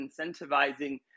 incentivizing